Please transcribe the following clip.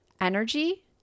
energy